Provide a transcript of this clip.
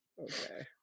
Okay